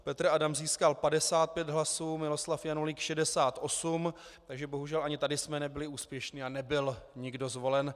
Petr Adam získal 55 hlasů, Miloslav Janulík 68, takže bohužel ani tady jsme nebyli úspěšní a nebyl nikdo zvolen.